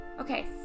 Okay